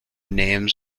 names